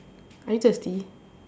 are you thirsty